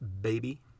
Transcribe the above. baby